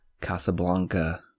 casablanca